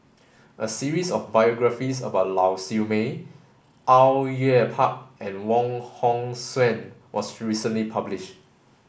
a series of biographies about Lau Siew Mei Au Yue Pak and Wong Hong Suen was recently publish